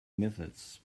methods